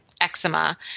eczema